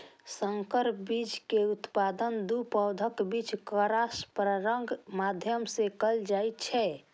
संकर बीज के उत्पादन दू पौधाक बीच क्रॉस परागणक माध्यम सं कैल जाइ छै